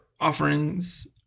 offerings